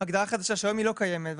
נימני, שעד היום היה אותו הדבר.